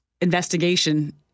investigation